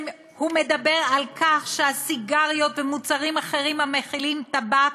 היא מדברת על כך שהסיגריות ומוצרים אחרים המכילים טבק